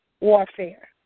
warfare